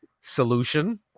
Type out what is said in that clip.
solution